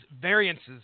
variances